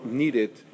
needed